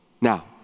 Now